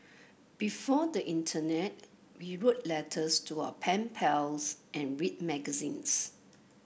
before the internet we wrote letters to our pen pals and read magazines